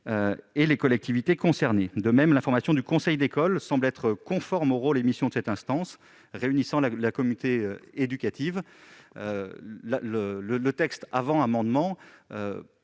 et les collectivités concernées. De même, l'information du conseil d'école semble être conforme au rôle et aux missions de cette instance, qui réunit la communauté éducative. L'adoption de